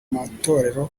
matorero